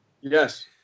Yes